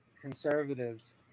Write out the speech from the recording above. conservatives